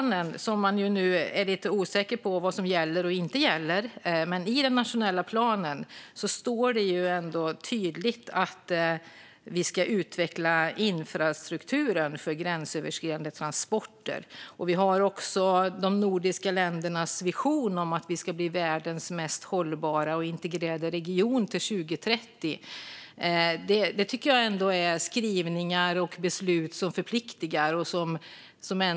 Nu är det lite osäkert vad som gäller och inte gäller för den nationella planen, men i den står det ändå tydligt att vi ska utveckla infrastrukturen för gränsöverskridande transporter. Vi har också de nordiska ländernas vision om att vi ska bli världens mest hållbara och integrerade region till 2030. Jag tycker att det är skrivningar och beslut som förpliktar.